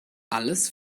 alles